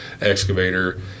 excavator